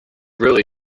really